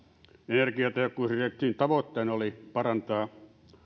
energiatehokkuusdirektiivin tavoitteena oli parantaa